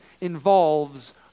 involves